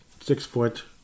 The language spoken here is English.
Six-foot